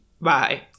bye